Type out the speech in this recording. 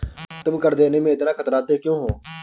तुम कर देने में इतना कतराते क्यूँ हो?